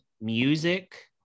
music